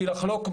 מותר להן לערער?